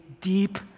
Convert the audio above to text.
deep